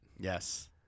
Yes